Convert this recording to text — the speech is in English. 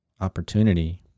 opportunity